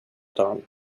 dagen